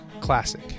classic